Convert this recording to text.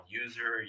user